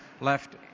left